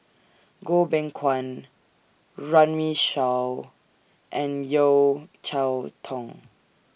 Goh Beng Kwan Runme Shaw and Yeo Cheow Tong